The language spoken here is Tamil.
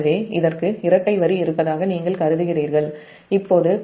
எனவே இதற்கு இரட்டை வரி இருப்பதாக நீங்கள் கருதுகிறீர்கள் இப்போது க்ரவுன்ட்ல் மற்றும் Rn 0